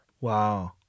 wow